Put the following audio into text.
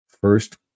first